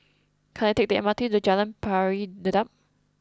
can I take the M R T to Jalan Pari Dedap